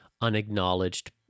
unacknowledged